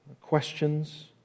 Questions